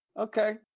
Okay